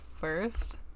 first